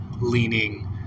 leaning